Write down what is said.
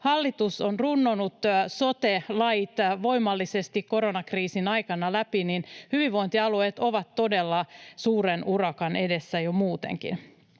hallitus on runnonut sote-lait voimallisesti koronakriisin aikana läpi. Hyvinvointialueet ovat todella suuren urakan edessä jo muutenkin.